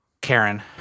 Karen